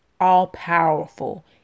all-powerful